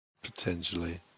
potentially